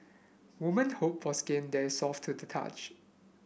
women hope for skin that is soft to the touch